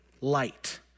light